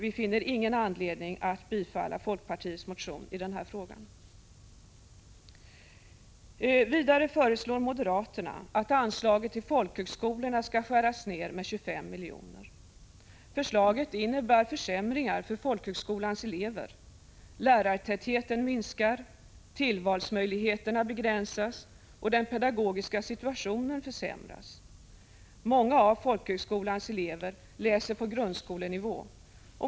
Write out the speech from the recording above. Vi finner ingen anledning att bifalla folkpartiets motion i denna fråga. Vidare föreslår moderaterna att anslaget till folkhögskolorna skall skäras ned med 25 miljoner. Förslaget innebär försämringar för folkhögskolans elever. Lärartätheten minskar, tillvalsmöjligheterna begränsas och den pedagogiska situationen försämras. Många av folkhögskolans elever läser på grundskolenivå.